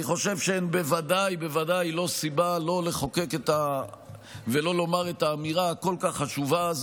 אני חושב שהן לא סיבה לא לחוקק ולא לומר את האמירה החשובה כל כך הזאת.